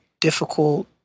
difficult